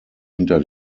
hinter